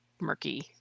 murky